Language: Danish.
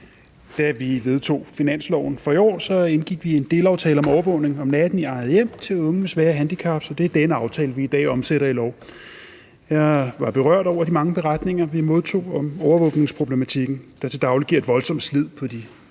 Da vi vedtog finansloven for i år, indgik vi en delaftale om overvågning om natten i eget hjem til unge med svære handicaps, og det er denne aftale, vi i dag omsætter til lov. Jeg var berørt over de mange beretninger, vi modtog om overvågningsproblematikken, der til daglig giver et voldsomt slid på de